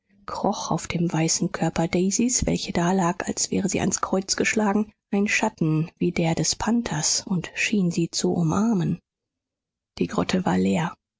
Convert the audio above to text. kroch auf dem weißen körper daisys welche dalag als wäre sie ans kreuz geschlagen ein schatten wie der des panthers und schien sie zu umarmen die grotte war leer